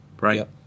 right